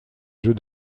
jeux